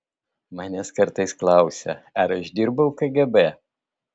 manęs kartais klausia ar aš dirbau kgb